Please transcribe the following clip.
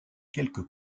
quelques